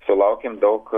sulaukėme daug